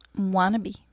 Wannabe